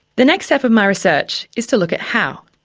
the next step of my research is to look at how.